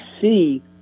see